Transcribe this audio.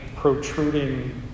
protruding